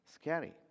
Scary